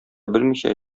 белмичә